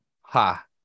Ha